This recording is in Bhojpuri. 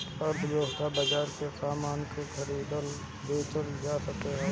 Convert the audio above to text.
अर्थव्यवस्था बाजार में सामान के खरीदल बेचल जात हवे